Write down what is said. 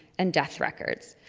and death records.